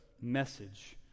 message